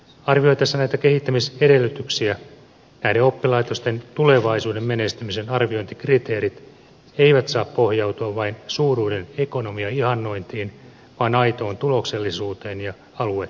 arvioitaessa näitä kehittämisedellytyksiä näiden oppilaitosten tulevaisuuden menestymisen arviointikriteerit eivät saa pohjautua vain suuruuden ekonomian ihannointiin vaan aitoon tuloksellisuuteen ja aluevaikuttavuuteen